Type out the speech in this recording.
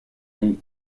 une